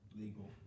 legal